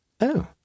Oh